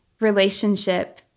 relationship